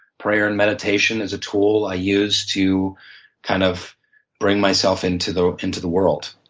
prayer and meditation is a tool i use to kind of bring myself into the into the world.